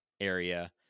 area